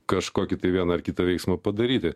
kažkokį tai vieną ar kitą veiksmą padaryti